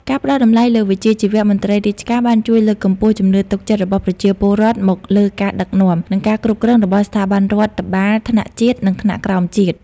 ការផ្តល់តម្លៃលើវិជ្ជាជីវៈមន្ត្រីរាជការបានជួយលើកកម្ពស់ជំនឿទុកចិត្តរបស់ប្រជាពលរដ្ឋមកលើការដឹកនាំ និងការគ្រប់គ្រងរបស់ស្ថាប័នរដ្ឋបាលថ្នាក់ជាតិ និងថ្នាក់ក្រោមជាតិ។